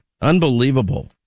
Unbelievable